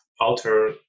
alter